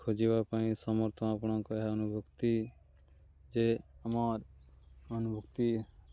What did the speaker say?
ଖୋଜିବା ପାଇଁ ସମର୍ଥ ଆପଣଙ୍କ ଏହା ଅନୁଭୁକ୍ତି ଯେ ଆମର ଅନୁଭୁକ୍ତି